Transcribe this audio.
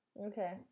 Okay